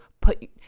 put